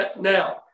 Now